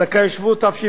(זכאי שבות),